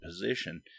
position